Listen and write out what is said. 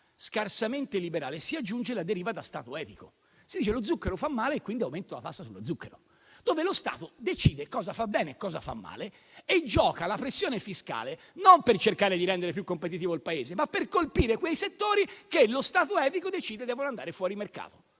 scarsamente liberale, si aggiunge la deriva da Stato etico. Si dice che lo zucchero fa male e quindi si aumenta la tassa sullo zucchero. Lo Stato qui decide cosa fa bene e cosa fa male e gioca con la pressione fiscale, non per cercare di rendere più competitivo il Paese, ma per colpire quei settori che lo Stato etico decide che devono andare fuori mercato.